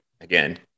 Again